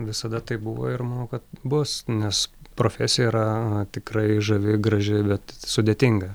visada taip buvo ir manau kad bus nes profesija yra tikrai žavi graži bet sudėtinga